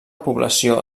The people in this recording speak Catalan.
població